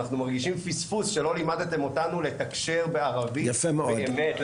אנחנו מרגישים פספוס שלא לימדתם אותנו לתקשר בערבית באמת,